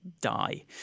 Die